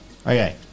Okay